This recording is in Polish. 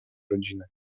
rodziny